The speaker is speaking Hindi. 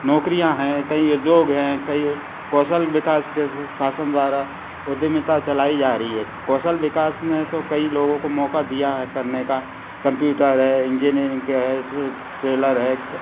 नौकरियाँ हैं कई उद्योग हैं कई कौशल विकास के शासन द्वारा उद्यमिता चलाई जा रही है कौशल विकास में तो कई लोगों को मौका दिया है करने का कंप्यूटर है इंजीनियरिंग के हैं ट्रेलर है